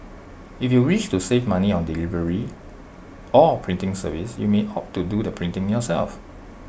if you wish to save money on delivery or printing service you may opt to do the printing yourself